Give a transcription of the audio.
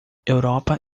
europa